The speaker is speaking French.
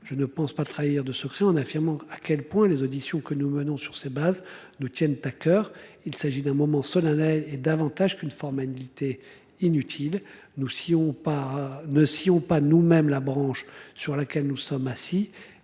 je ne pense pas trahir de secret en affirmant à quel point les auditions que nous menons sur ces bases de tiennent à coeur. Il s'agit d'un moment solennel est davantage qu'une formalité inutile, nous si on pas ne s'y ont pas nous-mêmes la branche sur laquelle nous sommes assis